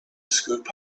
scoop